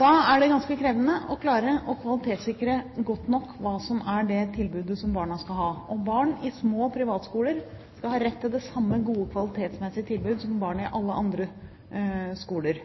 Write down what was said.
Da er det ganske krevende å klare å kvalitetssikre godt nok det tilbudet som barna skal ha. Barn i små privatskoler skal ha rett til det samme gode kvalitetsmessige tilbudet som barn i alle andre skoler.